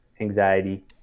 anxiety